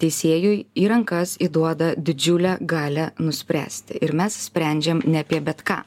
teisėjui į rankas įduoda didžiulę galią nuspręsti ir mes sprendžiam ne apie bet ką